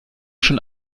schon